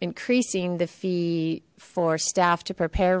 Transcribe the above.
increasing the fee for staff to prepare